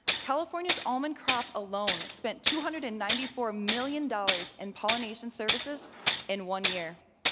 california's almond crop alone spent two hundred and ninety four million dollars in pollination services in one year.